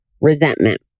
resentment